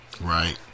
Right